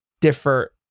differ